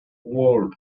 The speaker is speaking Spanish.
world